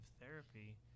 therapy